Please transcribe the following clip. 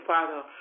Father